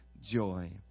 joy